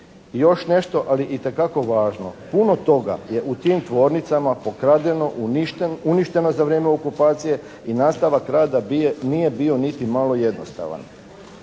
još nešto, ali itekako važno. Puno toga je u tim tvornicama pokradeno, uništeno za vrijeme okupacije i nastavak rada nije bio niti malo jednostavan.